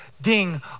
ding